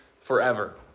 forever